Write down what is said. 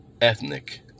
ethnic